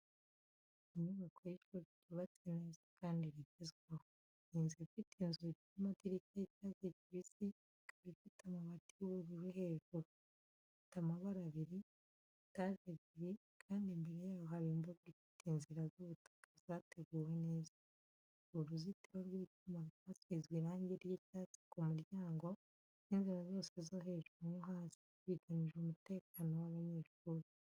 Inyubako y’ishuri ryubatse neza kandi rigezweho. Ni inzu ifite inzugi n'amadirishya y’icyatsi kibisi, ikaba ifite amabati y’ubururu hejuru. Ifite amabara abiri, etage ebyiri kandi imbere yayo hari imbuga ifite inzira z’ubutaka zateguwe neza. Hari uruzitiro rw’icyuma rwasizwe irangi ry’icyatsi ku muryango n’inzira zose zo hejuru no hasi, bigamije umutekano w’abanyeshuri.